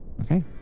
okay